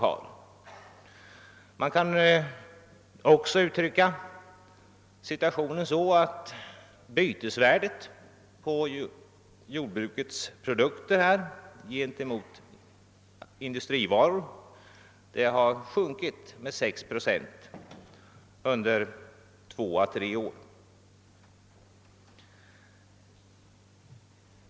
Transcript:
Situationen kan också uttryckas på det sättet, att bytesvärdet på jordbrukets produkter gentemot industrivaror har sjunkit med 6 procent under två å tre år.